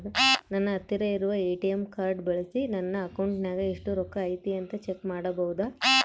ನನ್ನ ಹತ್ತಿರ ಇರುವ ಎ.ಟಿ.ಎಂ ಕಾರ್ಡ್ ಬಳಿಸಿ ನನ್ನ ಅಕೌಂಟಿನಾಗ ಎಷ್ಟು ರೊಕ್ಕ ಐತಿ ಅಂತಾ ಚೆಕ್ ಮಾಡಬಹುದಾ?